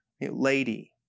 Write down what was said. lady